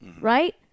Right